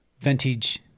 vintage